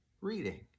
reading